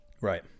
Right